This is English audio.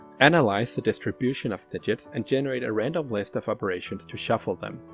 and like the distribution of digits and generate a random list of operations to shuffle them.